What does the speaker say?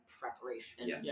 preparation